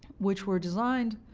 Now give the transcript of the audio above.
which were designed